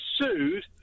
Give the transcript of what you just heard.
sued